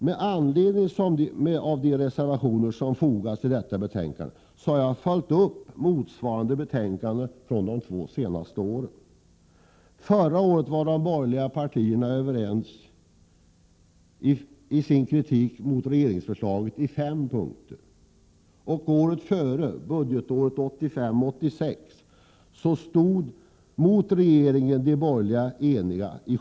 Med anledning av de reservationer som har fogats till detta betänkande har jag följt upp motsvarande betänkanden från de två senaste åren. Förra året var de borgerliga partierna på fem punkter överens i sin kritik mot regeringsförslaget. Året före, budgetåret 1985/86, stod de borgerliga eniga mot regeringen på sju punkter.